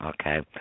Okay